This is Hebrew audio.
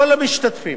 כל המשתתפים